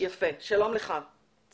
יפה, שלום לך צחי.